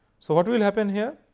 so, what will happen here,